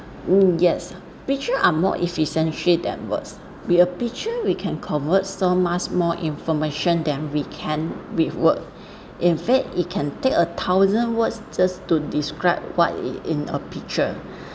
mm yes picture are more efficiency than words with a picture we can convert so much more information than we can with word in fact it can take a thousand words just to describe what is in a picture